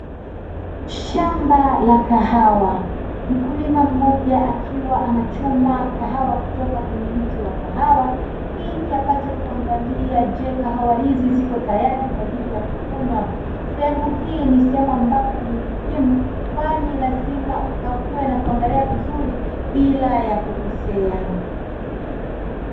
Shamba la kahawa mkulima mmoja akiwa anachuma kahawa kutoka kwenye mti wa kahawa ili apate kuangalia je kahawa hizi ziko tayari kwa ajili ya kuvunwa sehemu hii ni sehemu ambapo ni muhimu kwani lazima ukague na kuangalia vizuri bila ya kukosea.